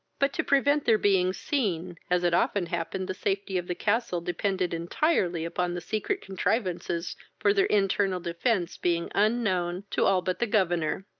but to prevent their being seen, as it often happened the safety of the castle depended entirely upon the secret contrivances for their internal defence being unknown to all but the governor.